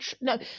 no